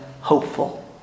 Hopeful